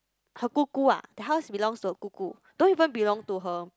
her 姑姑 ah hers belong to her 姑姑 don't even belong to her